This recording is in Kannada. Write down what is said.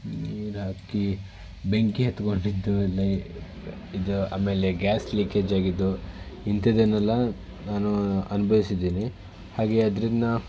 ನೀರು ಹಾಕಿ ಬೆಂಕಿ ಹತ್ತಿಕೊಂಡಿದ್ದು ಇದು ಆಮೇಲೆ ಗ್ಯಾಸ್ ಲೀಕೇಜ್ ಆಗಿದ್ದು ಇಂಥದ್ದನ್ನೆಲ್ಲ ನಾನು ಅನುಭವ್ಸಿದ್ದೀನಿ ಹಾಗೇ ಅದ್ರಿಂದ